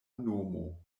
nomo